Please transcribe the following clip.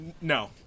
No